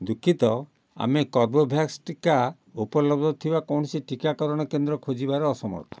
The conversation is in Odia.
ଦୁଃଖିତ ଆମେ କର୍ବେଭ୍ୟାକ୍ସ ଟୀକା ଉପଲବ୍ଧ ଥିବା କୌଣସି ଟୀକାକରଣ କେନ୍ଦ୍ର ଖୋଜିବାରେ ଅସମର୍ଥ